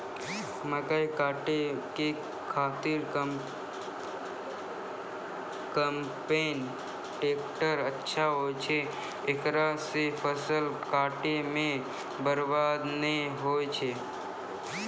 मकई काटै के खातिर कम्पेन टेकटर अच्छा होय छै ऐकरा से फसल काटै मे बरवाद नैय होय छै?